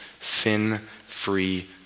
sin-free